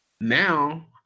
now